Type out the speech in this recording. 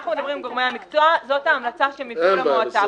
אנחנו מדברים גורמי המקצוע זאת ההחלטה שמביאים למועצה.